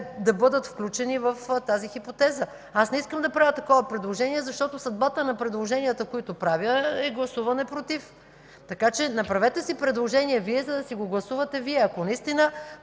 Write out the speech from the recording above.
да бъдат включени в тази хипотеза. Аз не искам да правя такова предложение, защото съдбата на предложенията, които правя, е гласуване „против”. Направете си предложение Вие, за да си го гласувате Вие, ако наистина